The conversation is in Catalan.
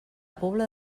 pobla